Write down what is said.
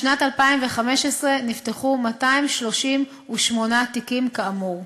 בשנת 2015 נפתחו 238 כאמור.